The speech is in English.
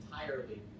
entirely